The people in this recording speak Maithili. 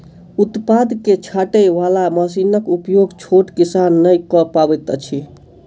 उत्पाद के छाँटय बाला मशीनक उपयोग छोट किसान नै कअ पबैत अछि